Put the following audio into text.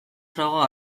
froga